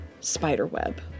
spiderweb